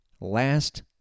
last